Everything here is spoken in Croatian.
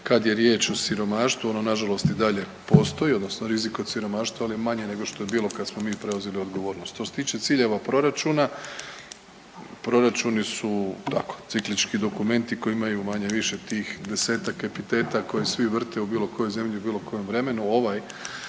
kad je riječ o siromaštvu ono na žalost i dalje postoji, odnosno rizik od siromaštva, ali manje nego što je bilo kad smo mi preuzeli odgovornost. Što se tiče ciljeva proračuna, proračuni su tako ciklički dokumenti koji imaju manje-više tih desetak epiteta koje svi vrste u bilo kojoj zemlji, u bilo kojem vremenu.